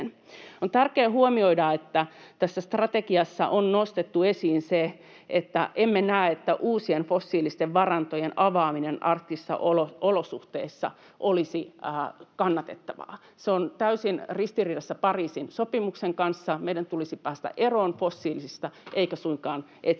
On tärkeää huomioida, että tässä strategiassa on nostettu esiin se, että emme näe, että uusien fossiilisten varantojen avaaminen arktisissa olosuhteissa olisi kannatettavaa. Se on täysin ristiriidassa Pariisin sopimuksen kanssa. Meidän tulisi päästä eroon fossiilisista eikä suinkaan etsiä